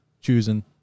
choosing